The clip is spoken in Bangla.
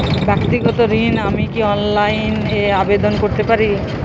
ব্যাক্তিগত ঋণ আমি কি অনলাইন এ আবেদন করতে পারি?